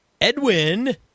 Edwin